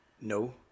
No